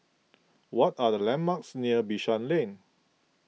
what are the landmarks near Bishan Lane